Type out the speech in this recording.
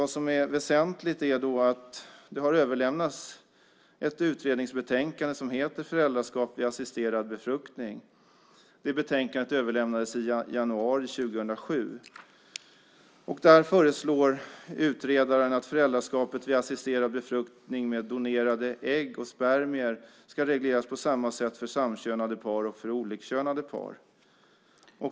Det har överlämnats ett utredningsbetänkande som heter Föräldraskap vid assisterad befruktning . Det betänkandet överlämnades i januari 2007. Där föreslår utredaren att föräldraskapet vid assisterad befruktning med donerade ägg och spermier ska regleras på samma sätt för samkönade par och för olikkönade par.